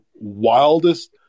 wildest